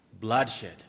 Bloodshed